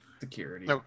Security